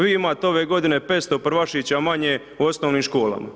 Vi imate ove godine 500 prvašića manje u osnovnim školama.